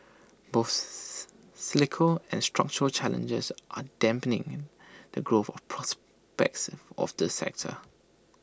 both cyclical and structural challenges are dampening the growth of prospects of this sector